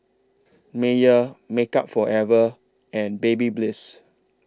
Mayer Makeup Forever and